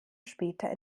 später